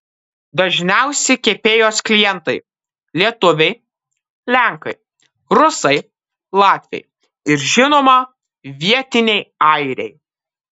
dažniausi kepėjos klientai lietuviai lenkai rusai latviai ir žinoma vietiniai airiai